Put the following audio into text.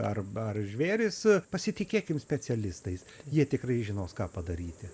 arba ar žvėris pasitikėkim specialistais jie tikrai žinos ką padaryti